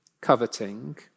coveting